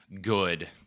good